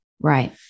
Right